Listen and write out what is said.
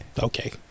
Okay